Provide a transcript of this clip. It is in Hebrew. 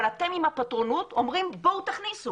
אבל אתם עם הפטרונות אומרים בואו תכניסו.